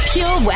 Pure